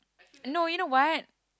no you know what